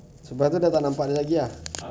sebab tu tak nampak dia lagi ah